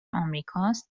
آمریکاست